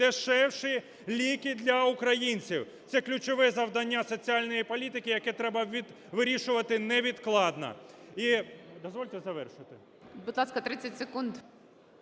дешевші ліки для українців. Це ключове завдання соціальної політики, яке треба вирішувати невідкладно.